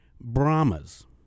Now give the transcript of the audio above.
Brahmas